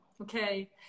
Okay